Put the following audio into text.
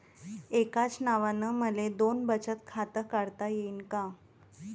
एकाच नावानं मले दोन बचत खातं काढता येईन का?